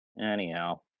anyhow